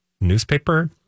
newspaper